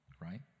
right